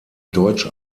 deutsch